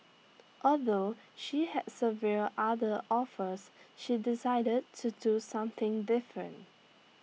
although she had several other offers she decided to do something different